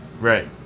right